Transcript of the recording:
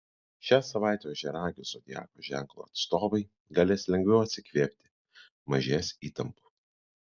šią savaitę ožiaragio zodiako ženklo atstovai galės lengviau atsikvėpti mažės įtampų